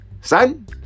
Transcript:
son